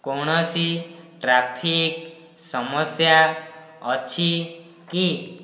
କୌଣସି ଟ୍ରାଫିକ୍ ସମସ୍ୟା ଅଛି କି